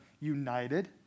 united